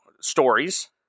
stories